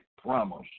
promise